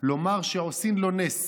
לומר שעושין לו נס".